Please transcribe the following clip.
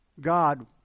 God